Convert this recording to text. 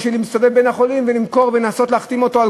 או להסתובב בין החולים ולמכור ולנסות להחתים אותם על